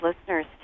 listeners